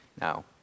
Now